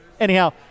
Anyhow